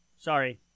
Sorry